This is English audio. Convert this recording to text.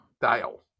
Dial